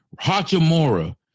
Hachimura